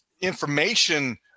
information